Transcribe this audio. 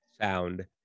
sound